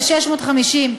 ל-650.